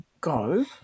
go